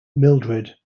mildred